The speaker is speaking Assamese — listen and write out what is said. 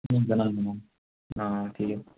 জনাম জনাম অঁ ঠিক আছে